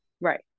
Right